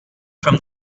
from